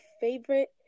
favorite